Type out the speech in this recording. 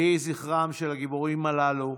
יהי זכרם של הגיבורים הללו,